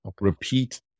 repeat